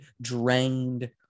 drained